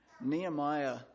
Nehemiah